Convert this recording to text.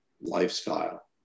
lifestyle